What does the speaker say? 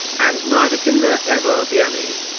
and neither can there ever be any.